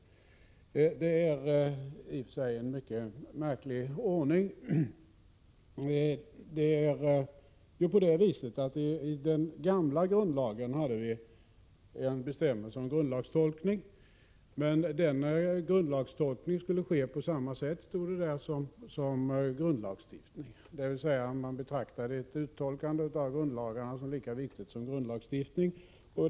Det är en märklig uppfattning. I den gamla grundlagen hade vi en bestämmelse om grundlagstolkning, men denna skulle tillgå på samma sätt som grundlagsstiftning, dvs. man betraktade uttolkning av grundlagarna som lika viktig som grundlagsstiftning.